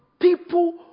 people